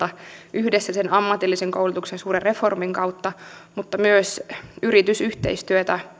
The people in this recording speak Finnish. yhdessä sen ammatillisen koulutuksen suuren reformin kanssa ja myös yritysyhteistyötä